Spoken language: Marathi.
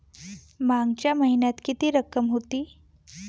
मागच्या महिन्यात किती रक्कम होती?